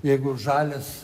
jeigu žalias